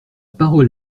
parole